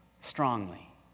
strongly